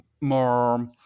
more